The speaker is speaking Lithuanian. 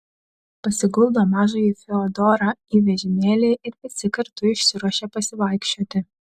pasiguldo mažąjį fiodorą į vežimėlį ir visi kartu išsiruošia pasivaikščioti